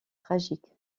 tragique